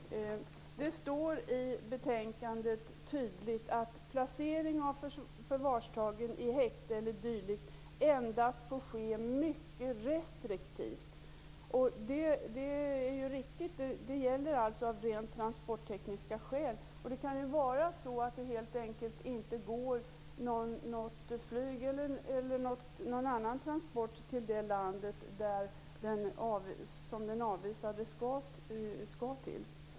Fru talman! Det står tydligt i betänkandet att placering av förvarstagen i häkte eller dylikt endast får ske mycket restriktivt. Det är riktigt. Det gäller alltså rent transporttekniska skäl. Det kan vara så att det helt enkelt inte går något flyg eller någon annan transport till det land som den avvisade skall till.